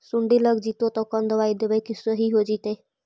सुंडी लग जितै त कोन दबाइ देबै कि सही हो जितै?